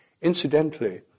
Incidentally